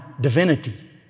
divinity